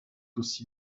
aussi